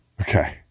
Okay